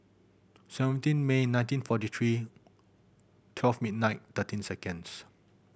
seventeen May nineteen forty three twelve midnight thirteen seconds